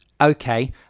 Okay